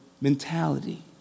mentality